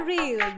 Real